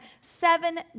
seven